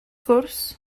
gwrs